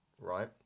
right